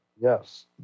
Yes